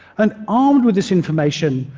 and armed with this information,